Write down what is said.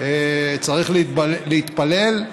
צריך להתפלל,